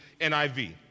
NIV